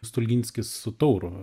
stulginskis su tauru